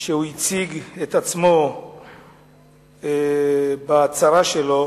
שהציג את עצמו בהצהרה שלו